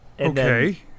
Okay